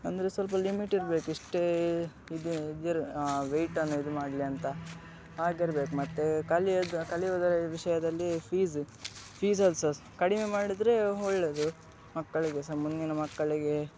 ಅಂದರೆ ಸ್ವಲ್ಪ ಲಿಮಿಟೆಡ್ ಬೇಕು ಇಷ್ಟೇ ಇದು ಬೇರೆ ವೇಯ್ಟನ್ನು ಇದು ಮಾಡಲಿ ಅಂತ ಆಗಿರ್ಬೇಕು ಮತ್ತೆ ಕಲಿಯೋದು ಕಲಿಯೋದರ ವಿಷಯದಲ್ಲಿ ಫೀಸ್ ಫೀಸ್ ಆಲ್ಸೋ ಕಡಿಮೆ ಮಾಡಿದರೆ ಒಳ್ಳೆಯದು ಮಕ್ಕಳಿಗೆ ಸಹ ಮುಂದಿನ ಮಕ್ಕಳಿಗೆ